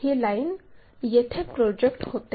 ही line येथे project होते